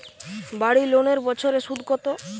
বাড়ি লোনের বছরে সুদ কত?